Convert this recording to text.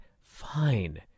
fine